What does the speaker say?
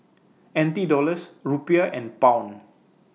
N T Dollars Rupiah and Pound